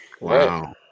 wow